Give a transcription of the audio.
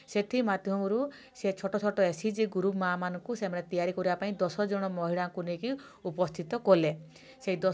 ସେଥିମଧ୍ୟରୁ ସେ ଛୋଟ ଛୋଟ ଏସ ଏ ଜି ଗ୍ରୁପ୍ ମାଆ ମାନଙ୍କୁ ସେମାନେ ତିଆରି କରିବା ପାଇଁ ଦଶ ଜଣ ମହିଳାଙ୍କୁ ନେଇକି ଉପସ୍ଥିତ କଲେ ସେଇ ଦଶ